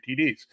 tds